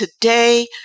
today